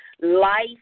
life